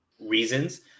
reasons